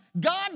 God